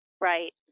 Right